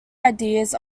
ideas